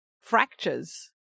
fractures